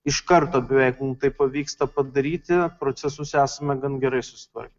iš karto beveik mum taip pavyksta padaryti procesus esame gan gerai susitvarkę